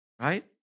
right